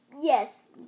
Yes